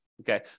okay